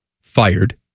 fired